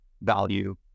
value